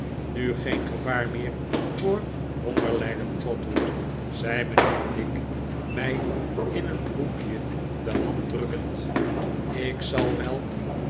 nu geen gevaar meer voor hongerlijden trotwood zei mijnheer dick mij in een hoekje de hand drukkend ik zal wel